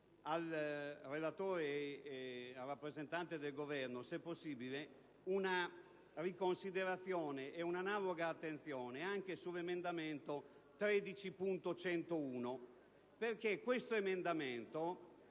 al relatore e al rappresentante del Governo, se possibile, una riconsiderazione ed analoga attenzione sull'emendamento 13.101 con il quale si intende